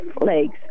legs